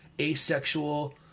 asexual